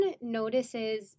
notices